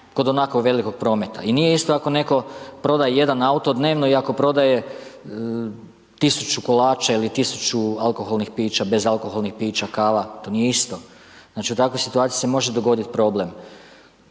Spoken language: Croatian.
kod onako velikog prometa i nije isto ako netko proda jedan auto dnevno i ako prodaje 1000 kolača ili 1000 alkoholnih pića, bezalkoholnih pića, kava, to nije isto. Znači u takvoj situaciji se može dogoditi problem.